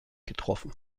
getroffen